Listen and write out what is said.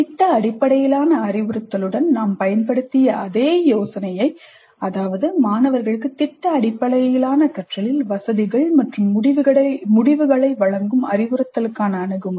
திட்ட அடிப்படையிலான அறிவுறுத்தலுடன் நாம் பயன்படுத்திய அதே யோசனையே அதாவது மாணவர்களுக்கு திட்ட அடிப்படையிலான கற்றலில் வசதிகள் அல்லது முடிவுகளை வழங்கும் அறிவுறுத்தலுக்கான அணுகுமுறை